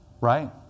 Right